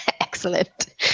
Excellent